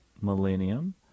millennium